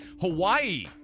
Hawaii